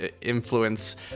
influence